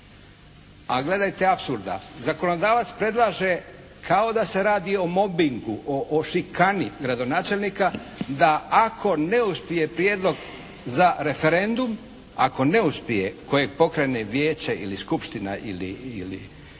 A gledajte apsurda! Zakonodavac predlaže kao da se radi o mobingu, o šikani gradonačelnika da ako ne uspije prijedlog za referendum, ako ne uspije kojeg pokrene vijeće ili skupština da